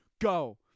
go